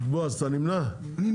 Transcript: הצבעה